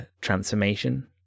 transformation